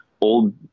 old